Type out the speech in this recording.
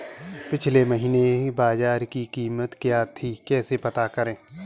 पिछले महीने बाजरे की कीमत क्या थी कैसे पता करें?